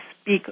speak